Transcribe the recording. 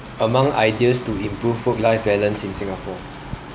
among ideas to improve work life balance in singapore